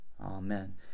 Amen